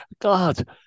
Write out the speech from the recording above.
God